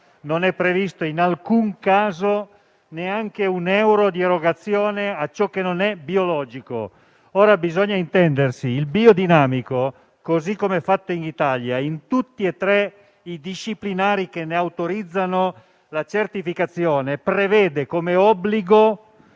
non è previsto in alcun caso neanche un euro di erogazione a ciò che non è biologico. Ora bisogna intendersi: il biodinamico, così come è fatto in Italia, in tutti e tre i disciplinari che ne autorizzano la certificazione, prevede come obbligo